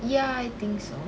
ya I think so